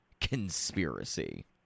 conspiracy